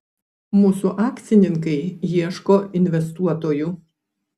mūsų akcininkai ieško investuotojų